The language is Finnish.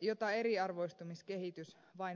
jota eriarvoistamiskehitys vain voimistaa